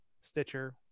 stitcher